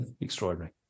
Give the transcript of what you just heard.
Extraordinary